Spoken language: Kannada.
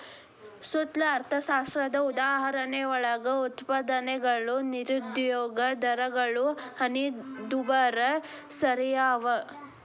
ಸ್ಥೂಲ ಅರ್ಥಶಾಸ್ತ್ರದ ಉದಾಹರಣೆಯೊಳಗ ಉತ್ಪಾದನೆಗಳು ನಿರುದ್ಯೋಗ ದರಗಳು ಹಣದುಬ್ಬರ ಸೆರ್ಯಾವ